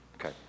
Okay